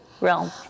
realm